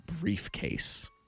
briefcase